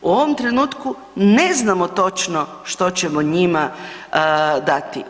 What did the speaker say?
U ovom trenutku ne znamo točno što ćemo njima dati.